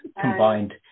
combined